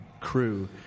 crew